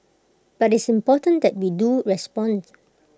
but it's important that we do respond